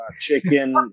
chicken